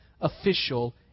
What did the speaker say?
official